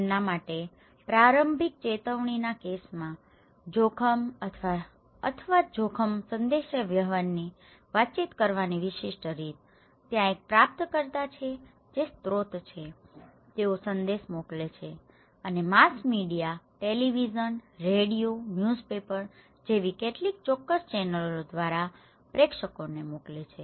તેમના માટે પ્રારંભિક ચેતવણીના કેસમાં જોખમ અથવા જોખમ સંદેશાવ્યવહારની વાતચીત કરવાની વિશિષ્ટ રીત ત્યાં એક પ્રાપ્તકર્તા છે જે સ્રોત છે તેઓ સંદેશ મોકલે છે અને mass media television radio newspaper જેવી કેટલીક ચોક્કસ ચેનલો દ્વારા પ્રેક્ષકોને મોકલે છે